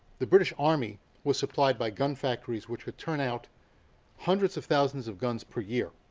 the british army was supplied by gun factories which would turn out hundreds of thousands of guns per year.